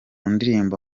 ndirimbo